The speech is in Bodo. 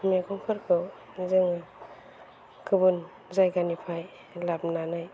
मैगंफोरखौ जोङो गुबुन जायगानिफ्राय लाबोनानै